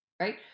right